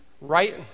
right